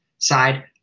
side